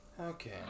Okay